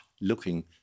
looking